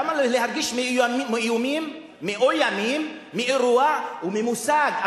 למה להרגיש מאוימים מאירוע וממושג,